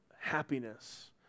happiness